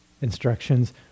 Instructions